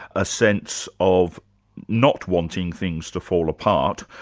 a sense of not wanting things to fall apart,